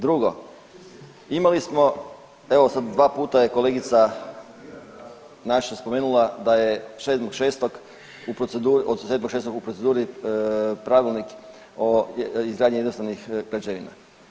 Drugo, imali smo, evo sad dva puta je kolegica naša spomenula da je od 7.6. u proceduri Pravilnik o izgradnji jednostavnih građevina.